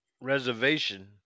Reservation